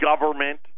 government